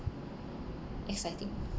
exciting